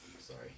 Sorry